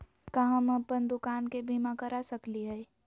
का हम अप्पन दुकान के बीमा करा सकली हई?